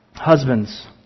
Husbands